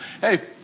hey